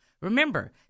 Remember